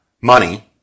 money